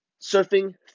Surfing